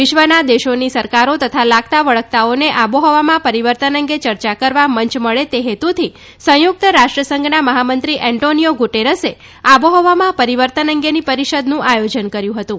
વિશ્વના દેશોની સરકારો તથા લાગતા વળગતાઓને આબોહવામાં પરિવર્તન અંગે ચર્ચા કરવા મંય મળે તે હેતુથી સંયુક્ત રાષ્ટ્રસંઘના મહામંત્રી એન્ટોનીઓ ગુટેરસે આબોહવામાં પરિવર્તન અંગેની પરિષદનું આયોજન કર્યું હતું